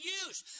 use